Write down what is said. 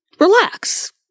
relax